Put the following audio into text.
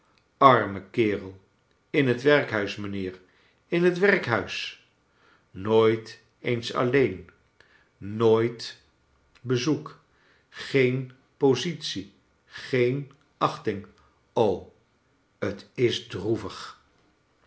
arme kerel in het werkhuis mijnheer in het werkhuis nooit eens alleen nooit bezoek geen positie geen achting o t is droevig